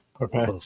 Okay